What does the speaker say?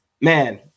man